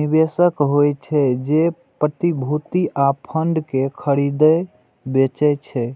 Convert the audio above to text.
निवेशक होइ छै, जे प्रतिभूति आ फंड कें खरीदै बेचै छै